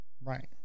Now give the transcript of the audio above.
right